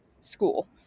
school